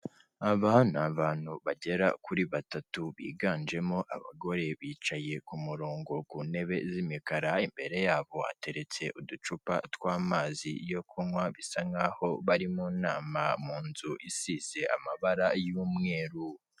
Aba ni abantu bagera kuri batatu biganjemo abagore bicaye ku murongo ku ntebe z'imikara, imbere yabo hateretse uducupa tw'amazi yo kunywa bisa nk'aho bari mu nama, mu nzu isize amabara y'umweru.